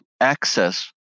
access